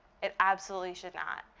it absolutely should not.